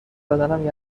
بدنم